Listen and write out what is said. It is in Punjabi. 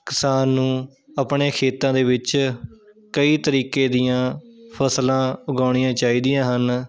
ਕਿਸਾਨ ਨੂੰ ਆਪਣੇ ਖੇਤਾਂ ਦੇ ਵਿੱਚ ਕਈ ਤਰੀਕੇ ਦੀਆਂ ਫਸਲਾਂ ਉਗਾਉਣੀਆਂ ਚਾਹੀਦੀਆਂ ਹਨ